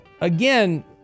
again